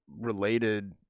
related